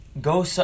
Go